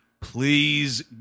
please